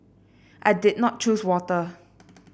I did not choose water